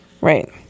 right